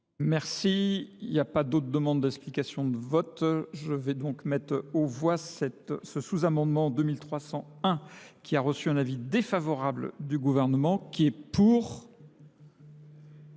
Merci, il n'y a pas d'autres demandes d'explication de vote. Je vais donc mettre au voie ce sous-amendement 2301 qui a reçu un avis défavorable du gouvernement qui est pour,